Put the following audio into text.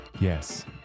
Yes